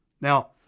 Now